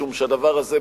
משום שהדבר הזה,